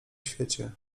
świecie